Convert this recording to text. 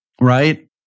right